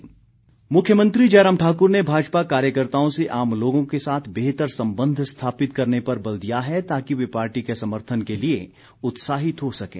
मुख्यमंत्री मुख्यमंत्री जयराम ठाकुर ने भाजपा कार्यकर्ताओं से आम लोगों के साथ बेहतर संबंध स्थापित करने पर बल दिया है ताकि वे पार्टी के समर्थन के लिए उत्साहित हो सकें